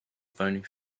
bony